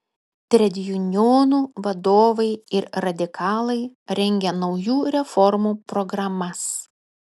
tredjunionų vadovai ir radikalai rengė naujų reformų programas